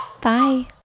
Bye